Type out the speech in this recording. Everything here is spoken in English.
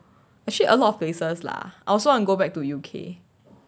actually a lot of places lah I also I go back to U_K